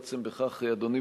אדוני,